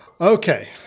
Okay